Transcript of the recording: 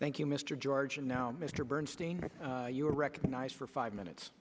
thank you mr george and now mr bernstein you are recognized for five minutes